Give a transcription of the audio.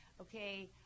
okay